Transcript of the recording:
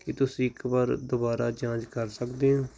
ਕੀ ਤੁਸੀਂ ਇੱਕ ਵਾਰ ਦੁਬਾਰਾ ਜਾਂਚ ਕਰ ਸਕਦੇ ਹੋ